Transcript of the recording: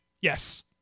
Yes